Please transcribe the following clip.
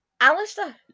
Alistair